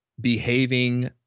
Behaving